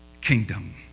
kingdom